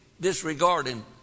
disregarding